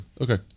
Okay